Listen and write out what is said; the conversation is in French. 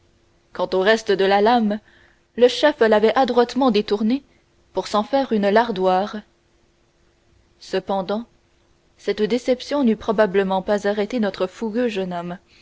quant au reste de la lame le chef l'avait adroitement détourné pour s'en faire une lardoire cependant cette déception n'eût probablement pas arrêté notre fougueux jeune homme